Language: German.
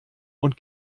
und